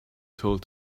told